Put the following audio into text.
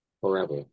forever